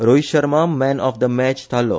रोहीत Sharma man of the match थारलो